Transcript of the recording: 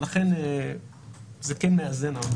לכן זה כן מאזן.